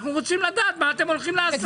אנחנו רוצים לדעת מה אתם הולכים לעשות.